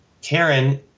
Karen